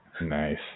nice